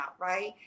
right